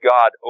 God